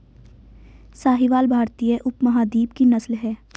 साहीवाल भारतीय उपमहाद्वीप की नस्ल है